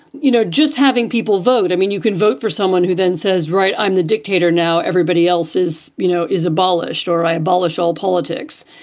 you know, just having people vote. i mean, you can vote for someone who then says, right, i'm the dictator now. everybody else is, you know, is abolished or i abolish all politics.